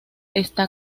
está